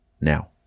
now